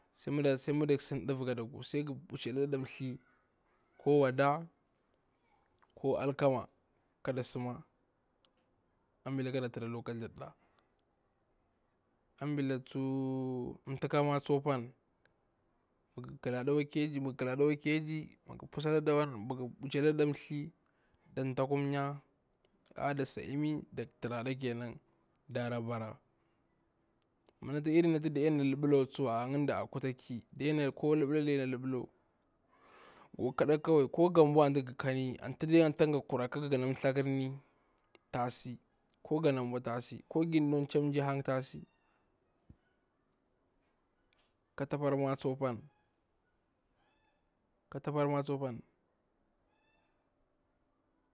Sai ma da ƙa sim dava kwada ku sai mu nga mbuchalada thi ko wada ko alkama kada suma, ambila kada tira luka katha ɗa, ambila tu tamkama tsu apa ma nga kalla ɗa akwa keji ma nga pusa dada buchalada thli da takum nya, a ɗa sama ƙa tira da kenan da bara, ma irin natu daɗena luɓelawa to lnda a kutaki, luɓela da ɗe na luɓe lawa ko ga bwa anti ga kakani ko anta ga kurakaga ga nathakarni ta si, ko ga na bwa ta si, ko jirnakwa chanji ta si. Ƙatapar ma tsupani, ƙatapar ma tsupani